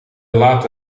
late